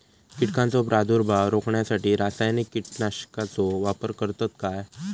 कीटकांचो प्रादुर्भाव रोखण्यासाठी रासायनिक कीटकनाशकाचो वापर करतत काय?